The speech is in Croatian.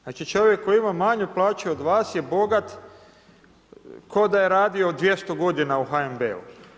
Znači čovjek koji ima manju plaću od vas je bogat ko da je radio 200 godina u HNB-u.